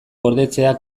gordetzea